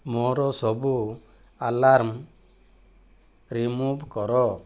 ମୋର ସବୁ alarm remove କର